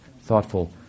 thoughtful